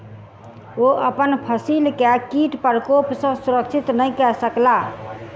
ओ अपन फसिल के कीट प्रकोप सॅ सुरक्षित नै कय सकला